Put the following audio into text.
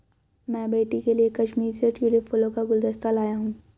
मैं बेटी के लिए कश्मीर से ट्यूलिप फूलों का गुलदस्ता लाया हुं